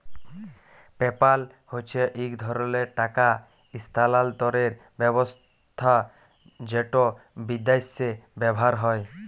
PayPal হছে ইক ধরলের টাকা ইসথালালতরের ব্যাবস্থা যেট বিদ্যাশে ব্যাভার হয়